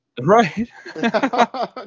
Right